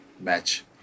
match